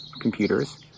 computers